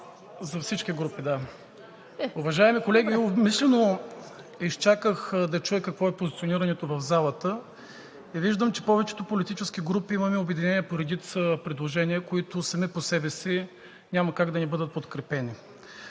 За всички групи – да. Уважаеми колеги, умишлено изчаках да чуя какво е позиционирането в залата и виждам, че повечето политически групи имаме обединение по редица предложения, които сами по себе си няма как да не бъдат подкрепени.